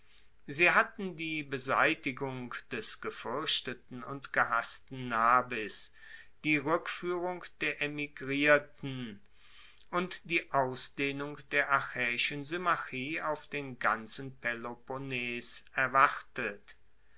sie hatten die beseitigung des gefuerchteten und gehassten nabis die rueckfuehrung der emigrierten und die ausdehnung der achaeischen symmachie auf den ganzen peloponnes erwartet